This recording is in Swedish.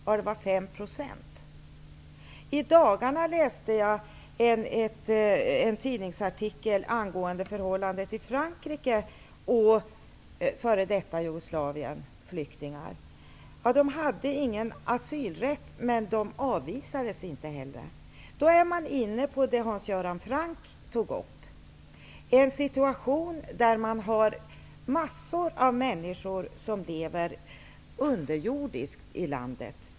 Vi fick svaret: 5 %. Nyligen läste jag i en tidningsartikel om förhållandet i Frankrike visavi flyktingar från f.d. Jugoslavien. I Frankrike fick flyktingarna ingen asylrätt, men de avvisades inte heller. Då är man inne på det som Hans Göran Franck tog upp, nämligen en situation med massor av människor som lever under jorden i landet.